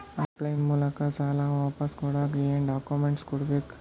Of line ಮೂಲಕ ಸಾಲ ವಾಪಸ್ ಕೊಡಕ್ ಏನು ಡಾಕ್ಯೂಮೆಂಟ್ಸ್ ಕೊಡಬೇಕು?